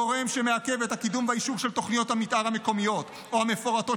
גורם שמעכב את הקידום והאישור של תוכניות המתאר המקומיות או המפורטות